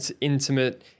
intimate